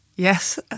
Yes